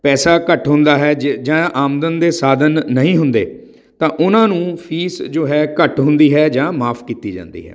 ਪੈਸਾ ਘੱਟ ਹੁੰਦਾ ਹੈ ਜੇ ਜਾਂ ਆਮਦਨ ਦੇ ਸਾਧਨ ਨਹੀਂ ਹੁੰਦੇ ਤਾਂ ਉਹਨਾਂ ਨੂੰ ਫੀਸ ਜੋ ਹੈ ਘੱਟ ਹੁੰਦੀ ਹੈ ਜਾਂ ਮਾਫ ਕੀਤੀ ਜਾਂਦੀ ਹੈ